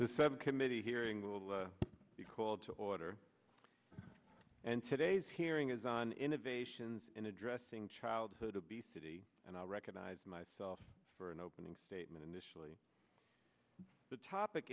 the seven committee hearings will be called to order and today's hearing is on innovations in addressing childhood obesity and i recognize myself for an opening statement initially the topic